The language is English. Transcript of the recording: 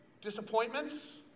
disappointments